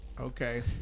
Okay